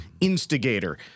instigator